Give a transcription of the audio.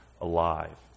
alive